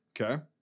Okay